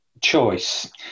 choice